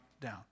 down